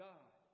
God